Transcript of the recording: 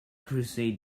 crusade